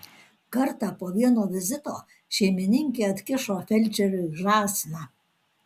kartą po vieno vizito šeimininkė atkišo felčeriui žąsiną